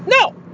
No